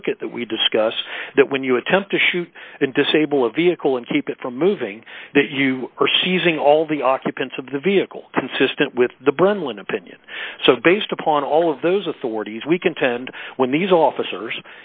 that we discuss that when you attempt to shoot and disable a vehicle and keep it from moving that you are seizing all the occupants of the vehicle consistent with the brundtland opinion so based upon all of those authorities we contend when these officers